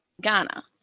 Ghana